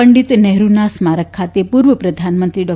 પંડિત નેહરુના સ્મારક ખાતે પૂર્વ પ્રધાનમંત્રી ડૉ